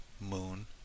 Moon